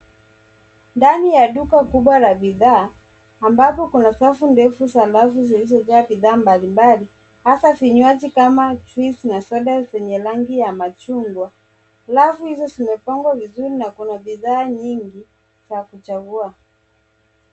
Ndani ya duka kubwa la bidhaa ambapo kuna safu ndefu za rafu zilizojaa bidhaa mbalimbali, hasa vinywaji kama juice na soda zenye rangi ya machungwa. Rafu hizo zimepangwa vizuri na kuna bidhaa nyingi za kuchagua.